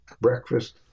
breakfast